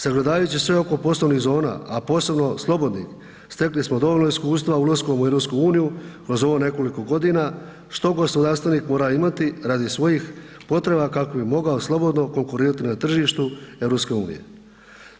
Sagledavajući sve oko poslovnih zona a posebno slobodnih, stekli smo dovoljno iskustva ulaskom u EU kroz ovo nekoliko godina što gospodarstvenik mora imati radi svojih potreba kako bi mogao slobodno konkurirati na tržištu EU-a.